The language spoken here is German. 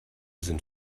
sind